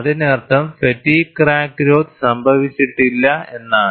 അതിനർത്ഥം fatigues crack growth സംഭവിച്ചിട്ടില്ല എന്നാണ്